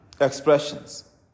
expressions